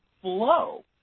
flow